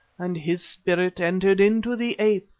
and his spirit entered into the ape,